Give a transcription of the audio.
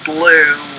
Blue